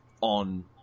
on